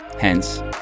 hence